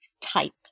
type